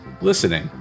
Listening